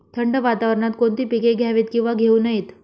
थंड वातावरणात कोणती पिके घ्यावीत? किंवा घेऊ नयेत?